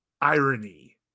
irony